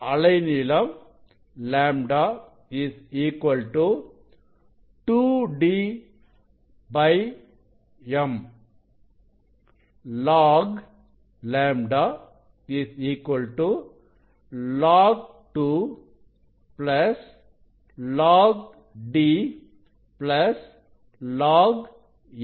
அலை நீளம் λ 2d m Ln λ ln 2ln d ln m